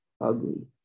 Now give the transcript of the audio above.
ugly